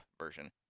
version